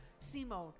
Simone